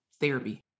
therapy